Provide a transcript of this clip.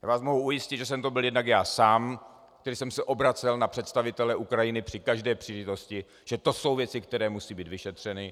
Já vás mohu ujistit, že jsem to byl jednak já sám, který jsem se obracel na představitele Ukrajiny při každé příležitosti, že to jsou věci, které musí být vyšetřeny.